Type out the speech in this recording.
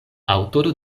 aŭtoro